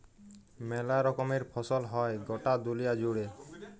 মেলা রকমের ফসল হ্যয় গটা দুলিয়া জুড়ে